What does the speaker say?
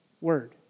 word